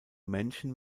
menschen